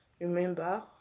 remember